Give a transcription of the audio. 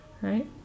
right